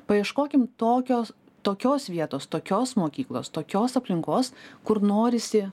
paieškokim tokios tokios vietos tokios mokyklos tokios aplinkos kur norisi